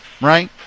right